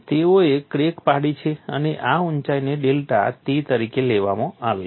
તેઓએ ક્રેક પાડી છે અને આ ઉંચાઇને ડેલ્ટા t તરીકે લેવામાં આવે છે